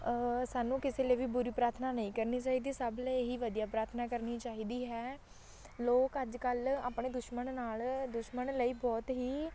ਸਾਨੂੰ ਕਿਸੇ ਲਈ ਵੀ ਬੁਰੀ ਪ੍ਰਾਰਥਨਾ ਨਹੀਂ ਕਰਨੀ ਚਾਹੀਦੀ ਸਭ ਲਈ ਹੀ ਵਧੀਆ ਪ੍ਰਾਰਥਨਾ ਕਰਨੀ ਚਾਹੀਦੀ ਹੈ ਲੋਕ ਅੱਜ ਕੱਲ੍ਹ ਆਪਣੇ ਦੁਸ਼ਮਣ ਨਾਲ ਦੁਸ਼ਮਣ ਲਈ ਬਹੁਤ ਹੀ